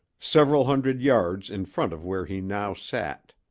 several hundred yards in front of where he now sat.